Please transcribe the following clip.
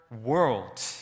world